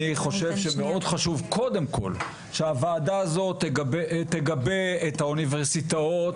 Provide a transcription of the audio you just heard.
אני חושב שמאוד חשוב קודם כל שהוועדה הזו תגבה את האוניברסיטאות,